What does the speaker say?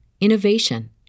innovation